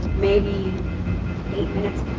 maybe eight minutes.